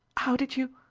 how did you?